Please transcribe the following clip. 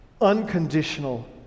unconditional